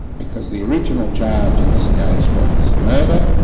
because the original charge in this case was murder,